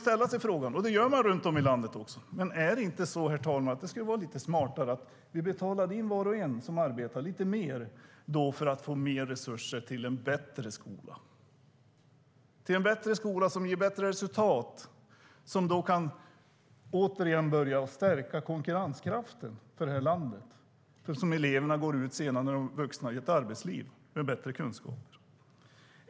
Jag och andra runt om i landet undrar om det inte vore lite smartare att vi som arbetar betalar in lite mer för att få mer resurser till en bättre skola som ger bättre resultat. Då kan vi stärka Sveriges konkurrenskraft eftersom eleverna går ut i arbetslivet med bättre kunskaper.